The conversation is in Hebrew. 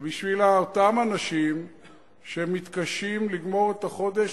בשביל אותם אנשים שמתקשים לגמור את החודש,